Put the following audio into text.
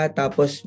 tapos